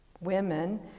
women